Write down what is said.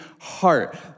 heart